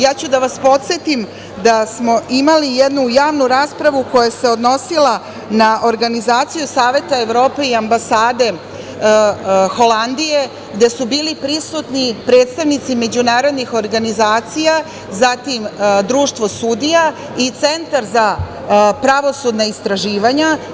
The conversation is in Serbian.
Ja ću da vas podsetim da smo imali jednu javnu raspravu koja se odnosila na organizaciju Saveta Evrope i Ambasade Holandije gde su bili prisutni predstavnici međunarodnih organizacija, zatim Društvo sudija i Centar za pravosudna istraživanja.